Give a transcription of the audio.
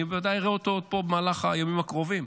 אני בוודאי אראה אותו פה במהלך הימים הקרובים,